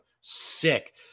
Sick